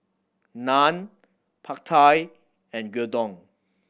Naan Pad Thai and Gyudon